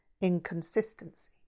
inconsistency